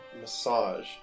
massage